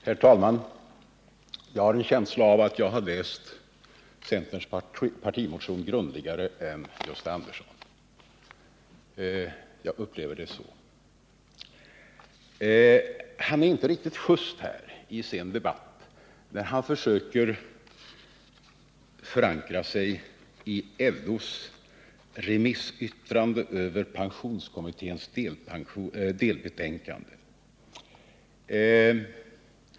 Herr talman! Jag har en känsla av att jag läst centerns partimotion grundligare än Gösta Andersson — jag upplever det i varje fall så. Gösta Andersson är inte riktigt just i den här debatten, när han försöker förankra sin ståndpunkt i LO:s remissyttrande över pensionskommitténs delbetänkande.